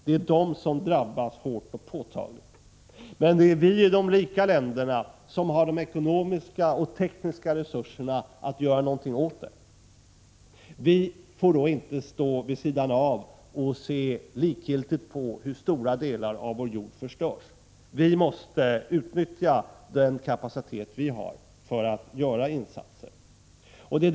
Det är dessa länder som drabbas hårt och påtagligt, men vi i de rika länderna har de ekonomiska och tekniska resurserna att göra någonting åt problemen. Vi får inte stå vid sidan och se likgiltigt på hur stora delar av vår jord förstörs. Vi måste utnyttja den kapacitet som vi har för att göra insatser.